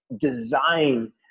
design